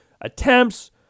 attempts